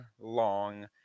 long